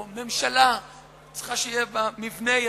או ממשלה צריכה שיהיה בה, מבנה יציב,